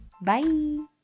Bye